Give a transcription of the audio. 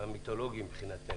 המיתולוגי מבחינתנו,